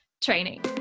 training